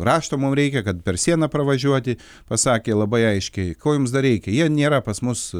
rašto mum reikia kad per sieną pravažiuoti pasakė labai aiškiai ko jums dar reikia jie nėra pas mus